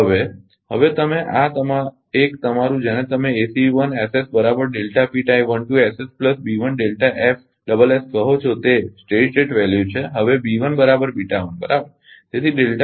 હવે હવે તમે આ 1 તમારું જેને તમે કહો છો તે સ્થિર સ્થિતી મૂલ્ય છે